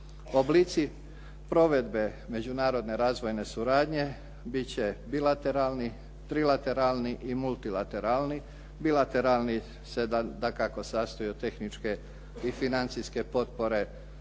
Oblici provedbe međunarodne razvojne suradnje bit će bilateralni, trilateralni i multilateralni. Bilateralni se dakako sastoji od tehničke i financijske potpore